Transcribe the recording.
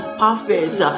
perfect